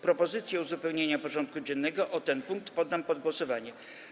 Propozycję uzupełnienia porządku dziennego o ten punkt poddam pod głosowanie.